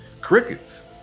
Crickets